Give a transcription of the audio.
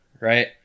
right